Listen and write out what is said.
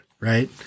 right